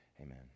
Amen